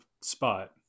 spot